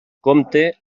compte